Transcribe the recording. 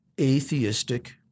atheistic